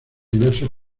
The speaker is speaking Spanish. diversos